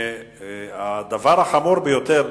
הדבר החמור ביותר,